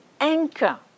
anchor